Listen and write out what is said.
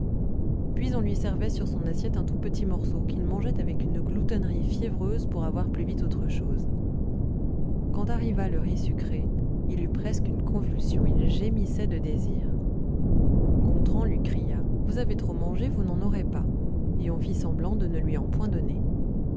puis on lui servait sur son assiette un tout petit morceau qu'il mangeait avec une gloutonnerie fiévreuse pour avoir plus vite autre chose quand arriva le riz sucré il eut presque une convulsion il gémissait de désir gontran lui cria vous avez trop mangé vous n'en aurez pas et on fit semblant de ne lui en point donner